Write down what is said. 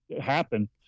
happen